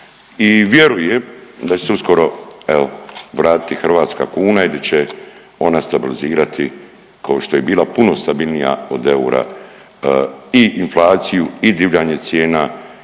i vjerujem da će se uskoro, evo, vratiti hrvatska kuna i di će ona stabilizirati, kao što je bila puno stabilnija od eura i inflaciju i divljanje cijena